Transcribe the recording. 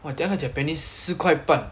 !wah! then 它 japanese 四块半